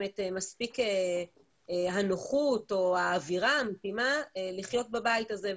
את הנוחות או את האווירה המתאימה לחיות בבית הזה.